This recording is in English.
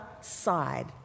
side